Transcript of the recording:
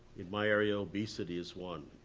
my area, obesity is one,